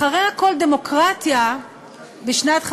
אחרי הכול, דמוקרטיה בשנת 1951,